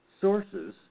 sources